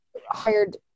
hired